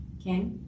okay